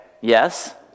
Yes